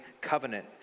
covenant